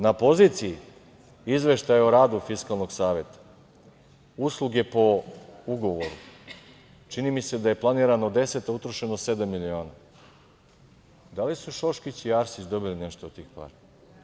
Na poziciji Izveštaja o radu Fiskalnog saveta, usluge po ugovoru, čini mi se da je planirano deset, a utrošeno sedam miliona, da li su Šoškić i Arsić dobili nešto od tih para?